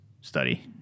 study